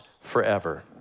forever